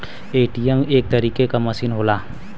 ATM एक तरीके क मसीन होला